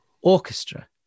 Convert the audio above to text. orchestra